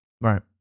Right